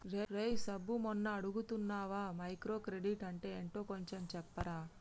రేయ్ సబ్బు మొన్న అడుగుతున్నానా మైక్రో క్రెడిట్ అంటే ఏంటో కొంచెం చెప్పరా